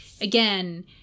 again